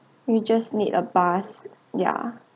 we just need a bus ya